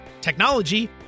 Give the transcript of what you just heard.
technology